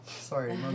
Sorry